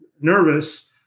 nervous